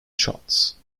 shots